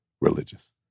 religious